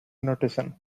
notation